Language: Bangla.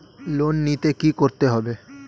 লোন নিতে কী করতে হবে?